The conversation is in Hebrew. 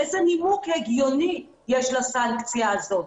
איזה נימוק הגיוני יש לסנקציה הזאת?